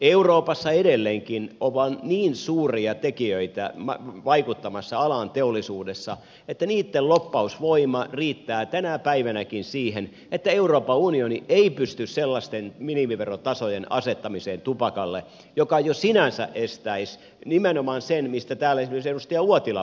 euroopassa edelleenkin on niin suuria tekijöitä vaikuttamassa alan teollisuudessa että niitten lobbausvoima riittää tänäkin päivänä siihen että euroopan unioni ei pysty sellaisten minimiverotasojen asettamiseen tupakalle että se jo sinänsä estäisi nimenomaan sen mistä täällä esimerkiksi edustaja uotila puhui